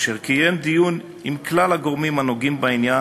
אשר קיים דיון עם כלל הגורמים הנוגעים בעניין,